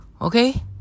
Okay